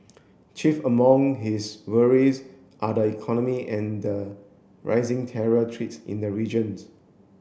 chief among his worries are the economy and the rising terror treats in the regions